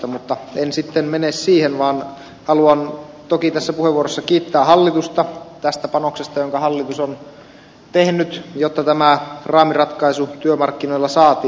mutta en sitten mene siihen vaan haluan toki tässä puheenvuorossa kiittää hallitusta tästä panoksesta jonka hallitus on tehnyt jotta tämä raamiratkaisu työmarkkinoilla saatiin